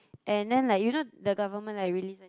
and then like you know the government like release a